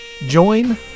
join